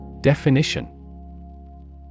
Definition